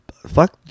fuck